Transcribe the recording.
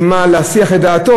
עם מה להסיח את דעתו,